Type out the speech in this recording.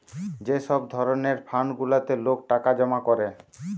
যে সব ধরণের ফান্ড গুলাতে লোক টাকা জমা করে